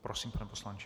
Prosím, pane poslanče.